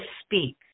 speak